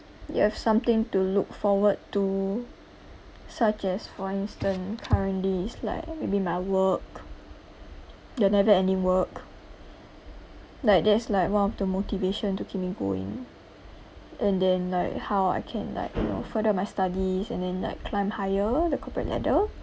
you have something to look forward to such as for instance currently it's like maybe my work the never ending work like that's like one of the motivation to keep me going and then like how I can like you know further my studies and then like climb higher the corporate ladder